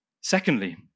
Secondly